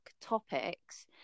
topics